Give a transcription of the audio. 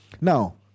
Now